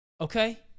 Okay